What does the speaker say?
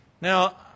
Now